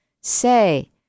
say